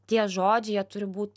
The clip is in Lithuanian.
tie žodžiai jie turi būt